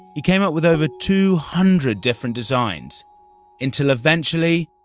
he came up with over two hundred different designs until eventually,